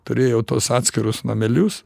turėjau tuos atskirus namelius